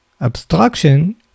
Abstraction